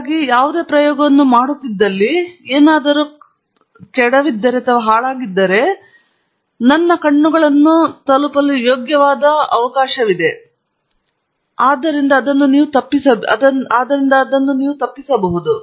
ಹಾಗಾಗಿ ನಾನು ಯಾವುದೇ ಪ್ರಯೋಗವನ್ನು ಮಾಡುತ್ತಿದ್ದಲ್ಲಿ ಯಾವುದಾದರೂ ಕೆಡವಿದ್ದರೆ ಅದು ನನ್ನ ಕಣ್ಣುಗಳನ್ನು ತಲುಪಲು ಯೋಗ್ಯವಾದ ಅವಕಾಶವಿದೆ ಮತ್ತು ಅದರಿಂದ ನಾವು ತಪ್ಪಿಸಬೇಕಾಗಿದೆ